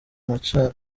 machar